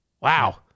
Wow